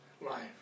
life